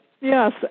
Yes